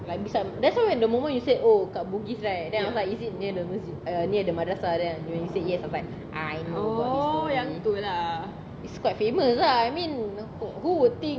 like beside that's why when the moment you said oh kat bugis right then I was like is it near the near the madrasah and when you said yes I know about this story it's quite famous lah I mean who would think